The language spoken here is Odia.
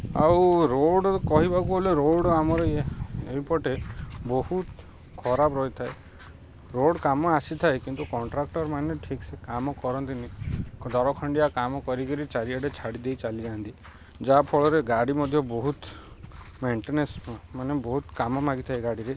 ଆଉ ରୋଡ଼୍ କହିବାକୁ ଗଲେ ରୋଡ଼୍ ଆମର ଇ ଏଇପଟେ ବହୁତ ଖରାପ୍ ରହିଥାଏ ରୋଡ଼୍ କାମ ଆସିଥାଏ କିନ୍ତୁ କଣ୍ଟ୍ରାକ୍ଟର୍ ମାନେ ଠିକ୍ସେ କାମ କରନ୍ତିନି ଦର ଖଣ୍ଡିଆ କାମ କରିକିରି ଚାରିଆଡ଼େ ଛାଡ଼ି ଦେଇ ଚାଲିଯାଆନ୍ତି ଯାହାଫଳରେ ଗାଡ଼ି ମଧ୍ୟ ବହୁତ ମେଣ୍ଟେନେନ୍ସ ମାନେ ବହୁତ କାମ ମାଗିଥାଏ ଗାଡ଼ିରେ